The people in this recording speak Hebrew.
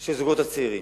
של הזוגות הצעירים.